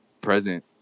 present